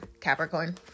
capricorn